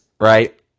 right